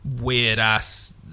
weird-ass